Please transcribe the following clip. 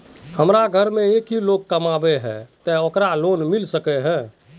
हमरा घर में एक ही लोग कमाबै है ते ओकरा लोन मिलबे सके है?